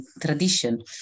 tradition